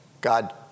God